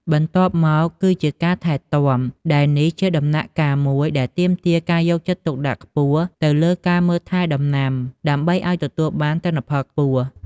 បន្ទាប់មកគឺជាការថែទាំ ដែលនេះជាដំណាក់កាលមួយដែលទាមទារការយកចិត្តទុកដាក់ខ្ពស់ទៅលើការមើលថែដំណាំ ដើម្បីឲ្យទទួលបានទិន្នផលខ្ពស់។